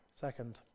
Second